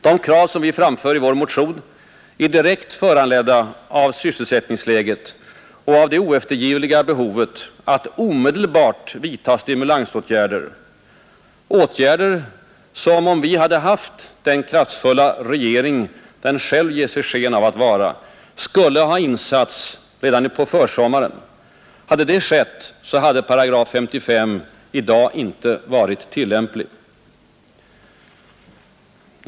De krav som vi framför i vår motion är direkt föranledda av sysselsättningsläget och av det oeftergivliga behovet av att omedelbart vidta stimulansåtgärder, åtgärder som — om vi hade haft den kraftfulla regering den själv ger sig sken av att vara — skulle ha insatts redan på försommaren. Hade det skett, hade 55 § i dag inte varit tillämplig.